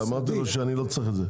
אמרתי לו שאני לא צריך את זה.